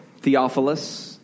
Theophilus